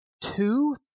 two